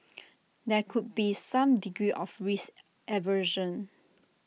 there could be some degree of risk aversion